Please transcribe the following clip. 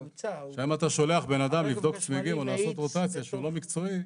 שם אתה שולח בן אדם לבדוק צמיגים או לעשות רוטציה שהוא לא מקצועי,